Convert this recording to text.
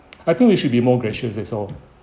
I think we should be more gracious that's all